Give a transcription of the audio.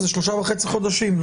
זה שלושה וחצי חודשים,